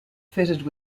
fitted